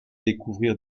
découvrir